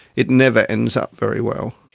it never ends up very well.